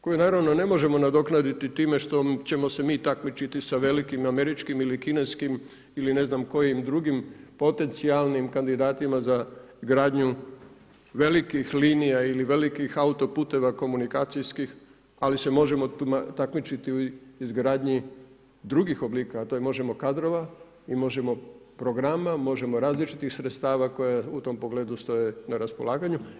Koju naravno ne možemo nadoknaditi, time što ćemo se mi takmičiti sa velikim, američkim ili kineskim ili ne znam kojim potencijalnim kandidatima, za gradnju velikih linija, velikih autoputova, komunikacijskih, ali se možemo takmičiti u izgradnji drugih oblika, to možemo kadrova i možemo programa, možemo različitih sredstava, koja u tom pogledu stoje na raspolaganju.